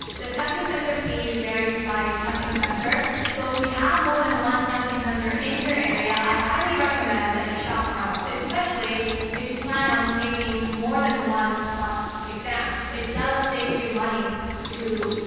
the testing center fee varies by testing center. so if you have more than one testing center in your area, i highly recommend that you shop around especially if you plan on taking more than one clep exam. it does save you money to,